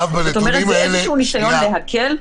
זה איזשהו ניסיון להקל,